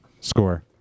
score